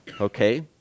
Okay